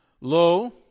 Lo